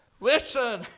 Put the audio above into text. Listen